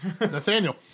Nathaniel